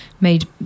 made